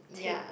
take